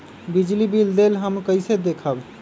बिजली बिल देल हमन कईसे देखब?